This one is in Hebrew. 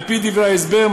על-פי דברי ההסבר,